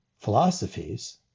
philosophies